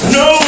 no